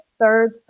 third